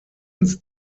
ins